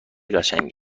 قشنگی